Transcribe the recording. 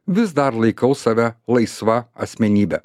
vis dar laikau save laisva asmenybe